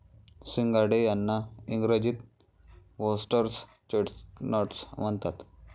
सिंघाडे यांना इंग्रजीत व्होटर्स चेस्टनट म्हणतात